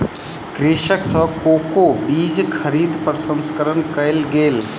कृषक सॅ कोको बीज खरीद प्रसंस्करण कयल गेल